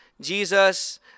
Jesus